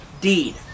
deed